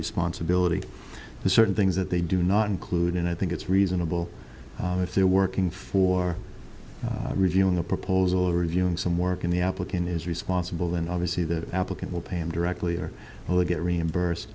responsibility the certain things that they do not include and i think it's reasonable if they're working for reviewing the proposal reviewing some work in the application is responsible and obviously the applicant will pay them directly or will they get reimbursed